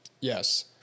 Yes